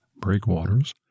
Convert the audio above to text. breakwaters